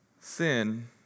Sin